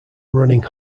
running